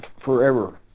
forever